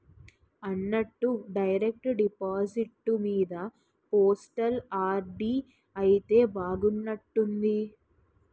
అన్నట్టు direct deposit మీద postal RD అయితే బాగున్నట్టుంది